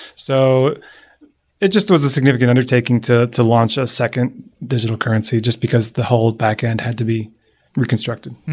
so it just throws a significant undertaking to to launch a second digital currency just because the whole backend had to be reconstructed.